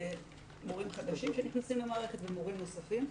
מורים חדשים שנכנסים למערכת ומורים נוספים.